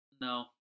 No